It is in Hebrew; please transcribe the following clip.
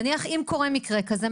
נניח אם קורה מקרה כזה,